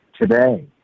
today